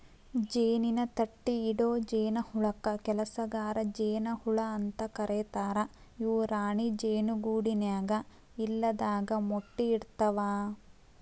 ಜೇನಿನ ತಟ್ಟಿಇಡೊ ಜೇನಹುಳಕ್ಕ ಕೆಲಸಗಾರ ಜೇನ ಹುಳ ಅಂತ ಕರೇತಾರ ಇವು ರಾಣಿ ಜೇನು ಗೂಡಿನ್ಯಾಗ ಇಲ್ಲದಾಗ ಮೊಟ್ಟಿ ಇಡ್ತವಾ